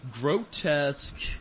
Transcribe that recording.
grotesque